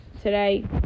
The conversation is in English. today